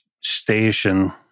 station